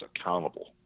accountable